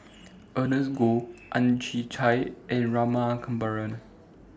Ernest Goh Ang Chwee Chai and Rama Kannabiran